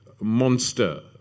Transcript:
monster